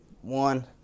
one